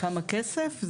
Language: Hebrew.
כמה כסף?